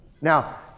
Now